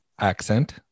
accent